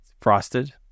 Frosted